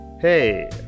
Hey